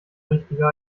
richtiger